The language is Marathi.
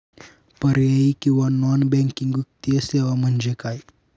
पर्यायी किंवा नॉन बँकिंग वित्तीय सेवा म्हणजे काय?